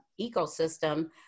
ecosystem